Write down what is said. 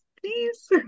please